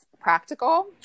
Practical